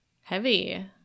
heavy